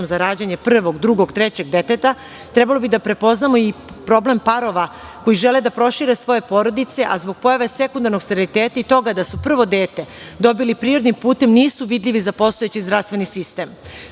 za rađanje prvog, drugog, trećeg deteta, trebalo bi da prepoznamo i problem parova koji žele da prošire svoje porodice, a zbog pojave sekundarnog steriliteta i toga da su prvo dete dobili prirodnim putem nisu vidljivi za postojeći zdravstveni sistem. Svaku